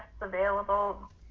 available